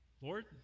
Lord